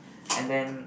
and then